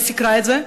היא סיקרה את זה,